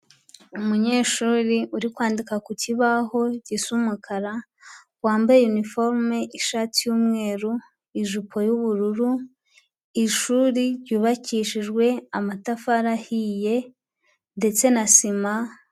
Umunyeshuri uri kwandika ku kibaho gisa umukara, wambaye iniforume ishati y'umweru, ijipo y'ubururu, ishuri ryubakishijwe amatafari ahiye, ndetse na sima.